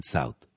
South